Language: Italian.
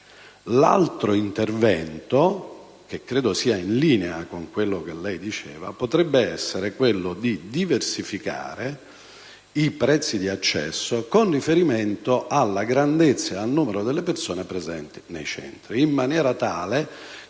L'altro intervento, che credo sia in linea con quanto diceva lei, senatore Giovanardi, potrebbe essere quello di diversificare i prezzi di accesso, con riferimento al numero delle persone presenti nei centri, in maniera tale che